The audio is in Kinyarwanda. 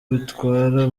bitwara